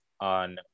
on